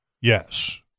yes